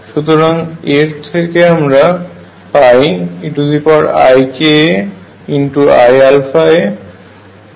সুতরাং এর থেকে আমরা পাই eikaiα